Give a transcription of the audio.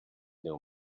déu